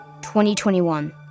2021